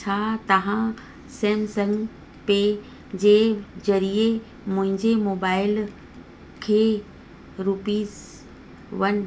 छा तव्हां Samsung Pay जे ज़रिए मुंहिंजे मोबाइल खे रुपीस वन